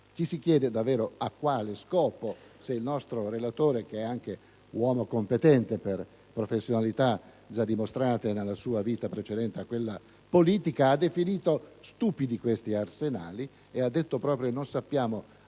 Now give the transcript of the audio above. Ci si chiede a quale scopo, se il nostro relatore, che è anche uomo competente per professionalità già dimostrate nella sua vita precedente a quella di politico, ha definito stupidi questi arsenali e ha detto che proprio non sappiamo che utilizzo